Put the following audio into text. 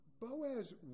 boaz